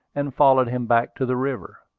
and followed him back to the river.